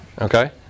Okay